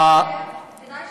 כדאי שנבין,